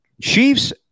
Chiefs